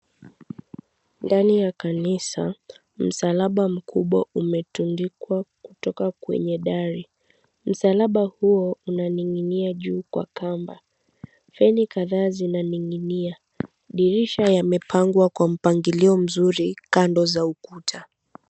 Ndani ya kanisa msalaba mkubwa umetudikwa kutoka kwenye dari, msalaba huo unaninginia juu kwa kamba kwenye kavazi na ninginia dirisha yamemepangwa kwa mpangilio mzuri kando za ukuta.